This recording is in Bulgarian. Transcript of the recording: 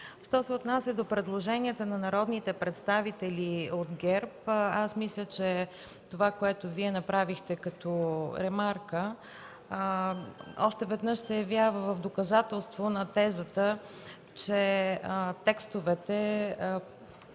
Що се отнася до предложенията на народните представители от ГЕРБ, мисля, че това, което направихте като ремарк, още веднъж се явява в доказателство на тезата, че текстовете,